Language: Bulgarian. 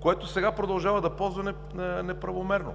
което сега продължава да ползва неправомерно.